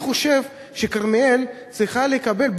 אני חושב שכרמיאל צריכה לקבל,